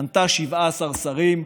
מנתה 17 שרים.